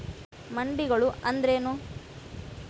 ಮಂಡಿಗಳು ಅಂದ್ರೇನು?